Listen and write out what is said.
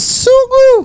sugu